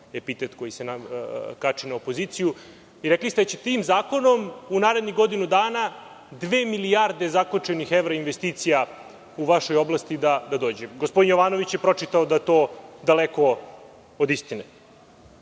epitet koji se kači na opoziciju. Rekli ste da će tim zakonom u narednih godinu dana dve milijarde zakočenih evra investicija u vašoj oblasti da dođe. Gospodine Jovanović je pročitao da je to daleko od istine. Ovaj